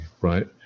right